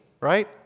right